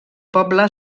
poble